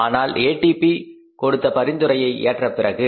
ஆனால் ஏடிபி கொடுத்த பரிந்துரையை ஏற்ற பிறகு